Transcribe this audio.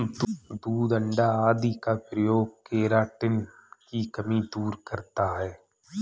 दूध अण्डा आदि का प्रयोग केराटिन की कमी दूर करता है